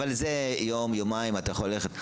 הזה יום, יומיים אתה יכול ללכת.